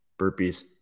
Burpees